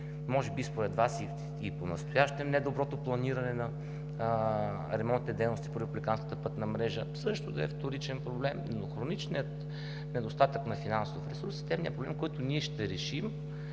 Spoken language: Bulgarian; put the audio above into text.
може би според Вас и понастоящем, поради недоброто планиране на ремонтните дейности по републиканската пътна мрежа, това може да е вторичен проблем, но хроничният недостатък на финансов ресурс е системният проблем, който ще решим